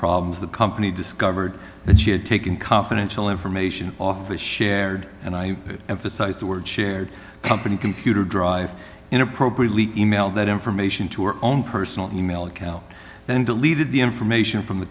problems the company discovered that she had taken confidential information office shared and i emphasize the word shared company computer drive in appropriately email that information to her own personal email account then deleted the information from the